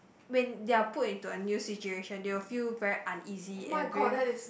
when they are put into a new situation they will feel very uneasy and very